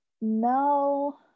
No